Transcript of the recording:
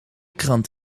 krant